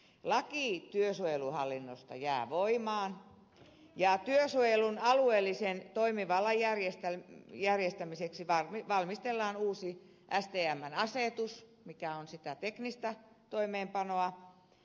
laki työsuojeluhallinnosta jää voimaan ja työsuojelun alueellisen toimivallan järjestämiseksi valmistellaan uusi stmn asetus mikä on sitä teknistä toimeenpanoa